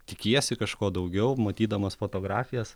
tikiesi kažko daugiau matydamas fotografijas